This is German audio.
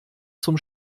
zum